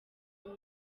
muri